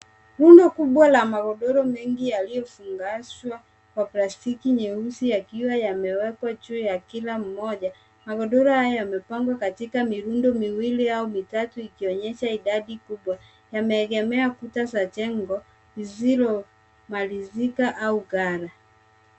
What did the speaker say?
Rundo kubwa la magodoro yaliyofungashwa kwa plastiki nyeusi yakiwa yamewekwa ya kila mmoja. Magodoro haya yamewekwa katika mirundo miwili au mitatu yakionyesha idadi kubwa. Yameegemea kuta za jengo lisilomalizika au gana.